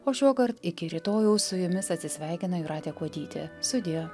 o šiuokart iki rytojaus su jumis atsisveikina jūratė kuodytė sudie